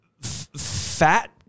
fat